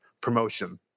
promotion